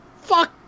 fuck